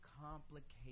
complicated